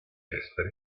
esteri